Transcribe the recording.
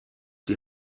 die